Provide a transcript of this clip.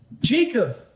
Jacob